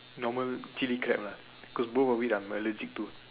normal chili crab ah cause both of it I'm allergic to